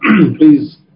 Please